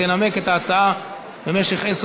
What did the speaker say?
תנמק את ההצעה במשך עשר